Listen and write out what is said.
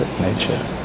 nature